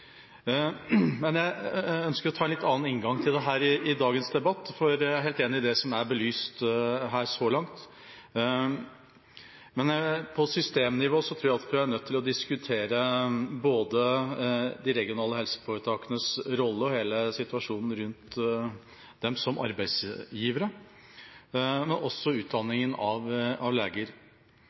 Men jeg ønsker å ha en litt annen inngang til dette i dagens debatt, for jeg er helt enig i det som er belyst her så langt. På systemnivå tror jeg vi er nødt til å diskutere både de regionale helseforetakenes rolle og hele situasjonen rundt dem som arbeidsgivere, og også utdanningen av leger.